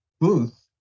booth